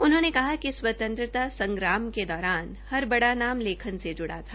उन्होंने कहा कि स्वंतव्रता संग्राम के दौरान हर बड़ा नाम लेख से लेखन से जुड़ा था